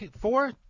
four